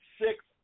Six